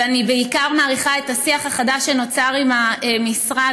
אבל אני בעיקר מעריכה את השיח החדש שנוצר עם המשרד